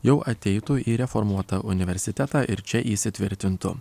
jau ateitų į reformuotą universitetą ir čia įsitvirtintų